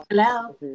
Hello